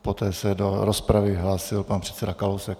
Poté se do rozpravy hlásil pan předseda Kalousek.